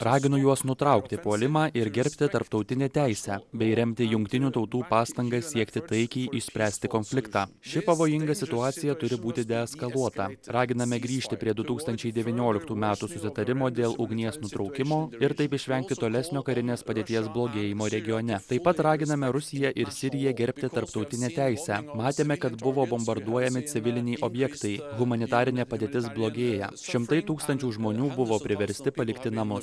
raginu juos nutraukti puolimą ir gerbti tarptautinę teisę bei remti jungtinių tautų pastangas siekti taikiai išspręsti konfliktą ši pavojinga situacija turi būti deeskaluota raginame grįžti prie du tūkstančiai devynioliktų metų susitarimo dėl ugnies nutraukimo ir taip išvengti tolesnio karinės padėties blogėjimo regione taip pat raginame rusiją ir siriją gerbti tarptautinę teisę matėme kad buvo bombarduojami civiliniai objektai humanitarinė padėtis blogėja šimtai tūkstančių žmonių buvo priversti palikti namus